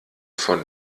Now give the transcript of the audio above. von